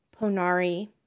Ponari